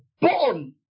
born